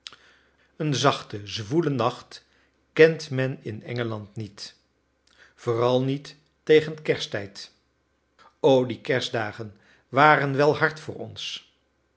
een zachten zwoelen nacht kent men in engeland niet vooral niet tegen kersttijd o die kerstdagen waren wel hard voor ons